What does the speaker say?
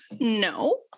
No